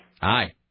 Hi